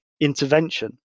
intervention